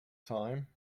time